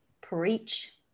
Preach